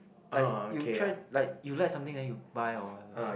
like you try like you like something then you buy whatever